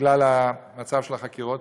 בגלל המצב של החקירות,